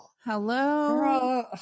Hello